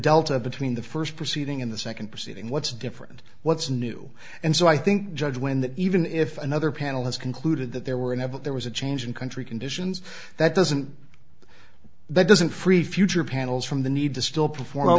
delta between the first proceeding in the second proceeding what's different what's new and so i think judge when that even if another panel has concluded that there were never there was a change in country conditions that doesn't that doesn't free future panels from the need to still perform o